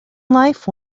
life